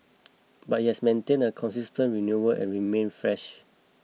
but it has maintained a consistent renewal and remained fresh